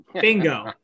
Bingo